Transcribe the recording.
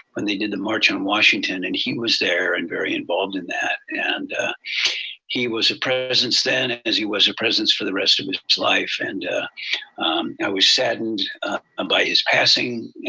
when they did the march on washington and he was there and very involved in that, and he was a presence then as he was a presence for the rest of his life and ah i was saddened um by his passing,